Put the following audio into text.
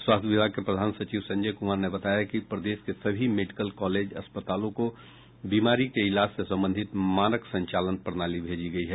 स्वास्थ्य विभाग के प्रधान सचिव संजय कुमार ने बताया कि प्रदेश के सभी मेडिकल कॉलेज अस्पतालों को बीमारी के इलाज से संबंधित मानक संचालन प्रणाली भेजी गयी है